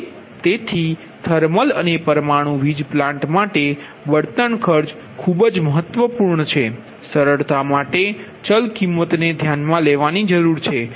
હવે તેથી થર્મલ અને પરમાણુ વીજ પ્લાન્ટ માટે બળતણ ખર્ચ ખૂબ જ મહત્વપૂર્ણ છે